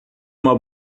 uma